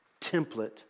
template